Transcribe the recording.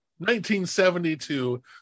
1972